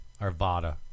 Arvada